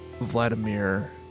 Vladimir